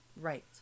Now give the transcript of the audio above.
Right